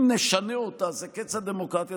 אם נשנה אותה זה קץ הדמוקרטיה,